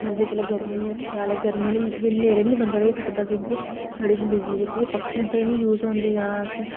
गर्मी चलो सेआलै बंदा न्हेरे बी नेईं रेही सकदा छड़ी बिजली पक्खें ते निं यूज़ होंदी तां